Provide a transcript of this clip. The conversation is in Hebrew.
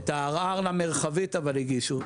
את הערר למרחבית הגישו,